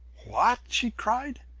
what? she cried.